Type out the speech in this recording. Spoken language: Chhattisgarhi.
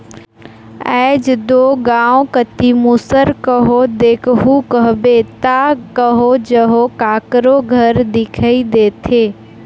आएज दो गाँव कती मूसर कहो देखहू कहबे ता कहो जहो काकरो घर दिखई देथे